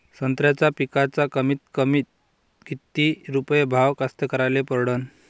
संत्र्याचा पिकाचा कमीतकमी किती रुपये भाव कास्तकाराइले परवडन?